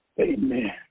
Amen